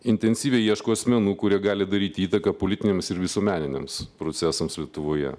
intensyviai ieško asmenų kurie gali daryti įtaką politiniams ir visuomeniniams procesams lietuvoje